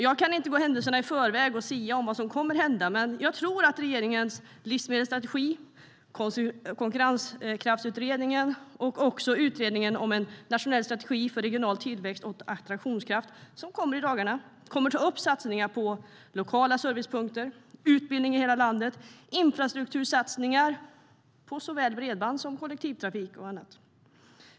Jag kan inte gå händelserna i förväg och sia om vad som kommer att hända, men jag tror att regeringens livsmedelsstrategi, Konkurrenskraftsutredningen och utredningen Nationell strategi för regional tillväxt och attraktionskraft, som kommer i dagarna, kommer att ta upp satsningar på lokala servicepunkter, utbildning i hela landet och infrastruktursatsningar på såväl bredband som kollektivtrafik.